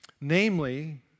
namely